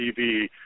TV